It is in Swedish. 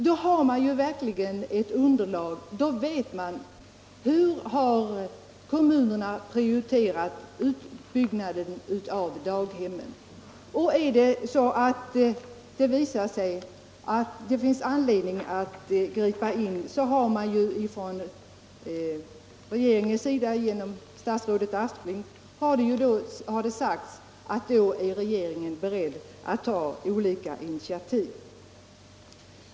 Då har man verkligen ett underlag, då vet man hur kommunerna har prioriterat utbyggnaden av daghemmen. Visar det sig att det finns anledning att gripa in så har regeringen genom statsrådet Aspling sagt att man är beredd att ta olika initiativ.